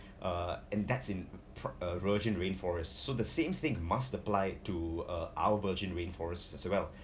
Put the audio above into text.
uh and that's in uh virgin rainforest so the same thing must apply to uh our virgin rainforest as well